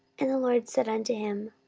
and the lord said unto him,